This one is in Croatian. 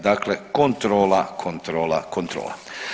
Dakle, kontrola, kontrola, kontrola.